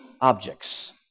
Objects